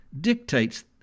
dictates